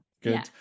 good